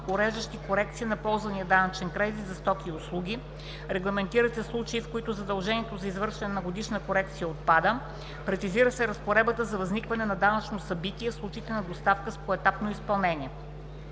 уреждащи корекцията на ползван данъчен кредит за стоки и услуги. Регламентират се случаи, в които задължението за извършване на годишна корекция отпада. Прецизира се разпоредбата за възникване на данъчно събитие в случаите на доставка с поетапно изпълнение.